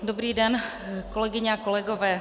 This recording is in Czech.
Dobrý den, kolegyně a kolegové.